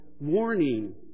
Warning